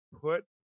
put